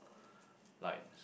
like